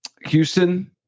Houston